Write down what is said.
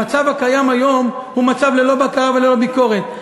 המצב הקיים היום הוא מצב ללא בקרה וללא ביקורת.